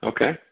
Okay